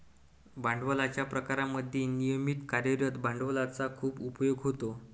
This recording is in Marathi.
भांडवलाच्या प्रकारांमध्ये नियमित कार्यरत भांडवलाचा खूप उपयोग होतो